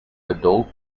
adult